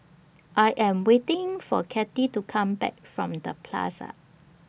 I Am waiting For Cathy to Come Back from The Plaza